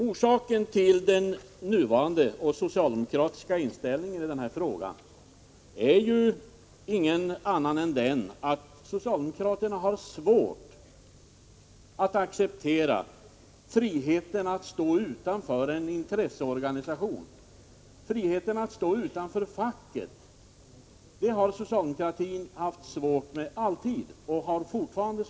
Orsaken till den nuvarande socialdemokratiska inställningen i denna fråga är ingen annan än den att socialdemokraterna har svårt för att acceptera friheten att stå utanför en intresseorganisation. Friheten att stå utanför facket har socialdemokraterna alltid haft svårt med, och så är det fortfarande.